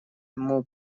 ему